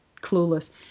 clueless